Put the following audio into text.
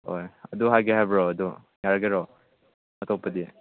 ꯍꯣꯏ ꯑꯗꯨ ꯍꯥꯏꯒꯦ ꯍꯥꯏꯕ꯭ꯔꯣ ꯑꯗꯨ ꯌꯥꯔꯒꯦꯔꯣ ꯑꯇꯣꯞꯄꯗꯤ